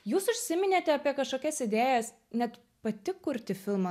jūs užsiminėte apie kažkokias idėjas net pati kurti filmą